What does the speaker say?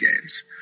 games